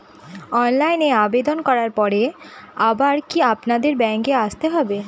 অনলাইনে আবেদন করার পরে আবার কি আপনাদের ব্যাঙ্কে আসতে হবে?